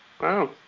Wow